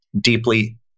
deeply